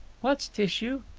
what's tissue?